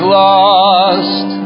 lost